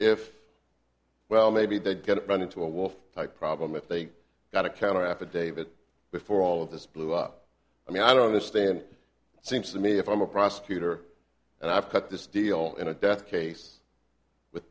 if well maybe they'd get run into a wolf problem if they got a counter affidavit before all of this blew up i mean i don't understand it seems to me if i'm a prosecutor and i've cut this deal in a death case with